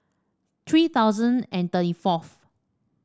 three thousand and thirty fourth